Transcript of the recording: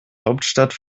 hauptstadt